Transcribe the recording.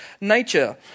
nature